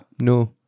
No